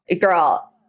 Girl